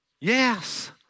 yes